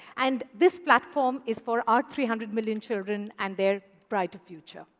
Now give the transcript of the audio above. and this platform is for our three hundred million children and their bright future.